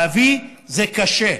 להביא זה קשה.